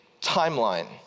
timeline